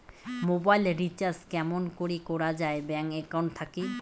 Mobile recharge কেমন করি করা যায় ব্যাংক একাউন্ট থাকি?